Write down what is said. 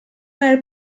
nel